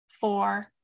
four